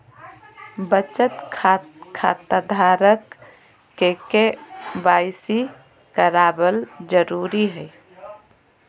बचत खता धारक के के.वाई.सी कराबल जरुरी हइ